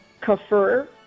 Kafir